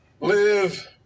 live